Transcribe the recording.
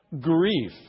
grief